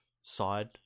side